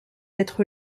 être